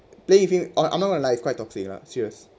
playing with him orh I'm not going to lie quite toxic lah serious